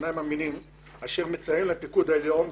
שאינם אמינים אשר מציין את הפיקוד העליון,